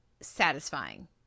satisfying